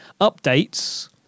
updates